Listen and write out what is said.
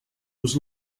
was